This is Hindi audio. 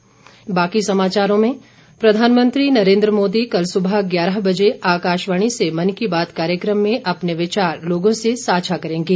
मन की बात प्रधानमंत्री नरेन्द्र मोदी कल सुबह ग्यारह बजे आकाशवाणी से मन की बात कार्यक्रम में अपने विचार लोगों से साझा करेंगे